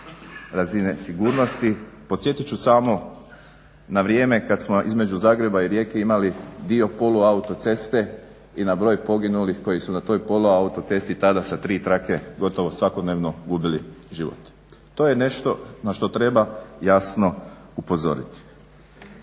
razine sigurnosti. podsjetit ću samo na vrijeme kad smo između Zagreba i Rijeke imali dio poluautoceste i na broj poginulih koji su na toj poluautocesti tada sa tri trake gotovo svakodnevno gubili živote. To je nešto na što treba jasno upozoriti.